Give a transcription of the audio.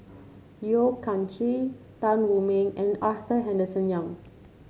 Yeo Kian Chye Tan Wu Meng and Arthur Henderson Young